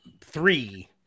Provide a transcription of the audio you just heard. three